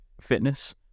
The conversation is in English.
fitness